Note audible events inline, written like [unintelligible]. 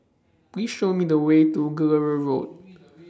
Please Show Me The Way to [unintelligible] Road [noise]